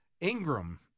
Ingram